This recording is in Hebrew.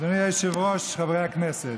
אדוני היושב-ראש, חברי הכנסת,